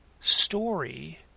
story